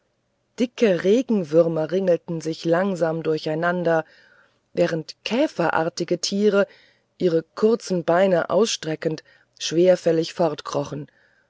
dicke regenwürmer ringelten sich langsam durcheinander während käferartige tiere ihre kurzen beine ausstreckend schwerfällig